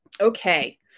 Okay